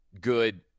good